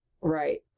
Right